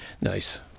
Nice